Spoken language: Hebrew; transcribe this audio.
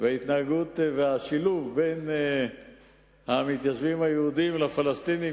ההתנהגות והשילוב בין המתיישבים היהודים לפלסטינים,